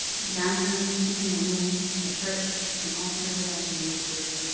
the bathroom became a womb, a church, an altar that i could move through.